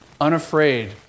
unafraid